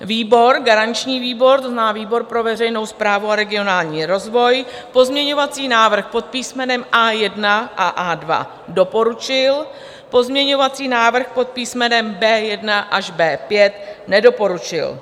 Výbor, garanční výbor, to znamená výbor pro veřejnou správu a regionální rozvoj, pozměňovací návrh pod písmenem A1 a A2 doporučil, pozměňovací návrh pod písmenem B1 až B5 nedoporučil.